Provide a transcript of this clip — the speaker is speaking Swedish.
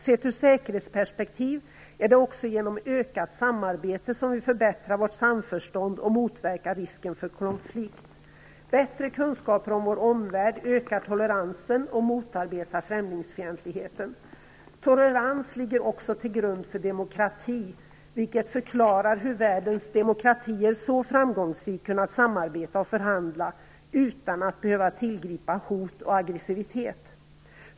I ett säkerhetsperspektiv är det också genom ett ökat samarbete som vi förbättrar vårt samförstånd och motverkar risken för konflikter. Bättre kunskaper om vår omvärld ökar toleransen och motarbetar främlingsfientligheten. Toleransen ligger också till grund för demokratin, vilket förklarar hur världens demokratier så framgångsrikt kunnat samarbeta och förhandla utan att behöva tillgripa hot och aggressivitet.